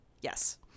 Yes